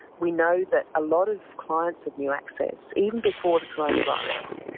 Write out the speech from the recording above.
we know that a lot of clients of new access, even before the coronavirus,